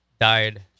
died